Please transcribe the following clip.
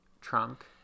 trunk